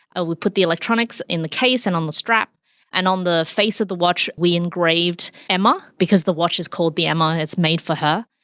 ah we put the electronics in the case and on the strap and on the face of the watch, we engraved emma because the watch is called the emma, it's made for her.